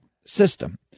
system